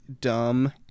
dumb